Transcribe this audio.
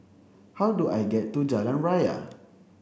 how do I get to Jalan Raya